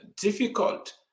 difficult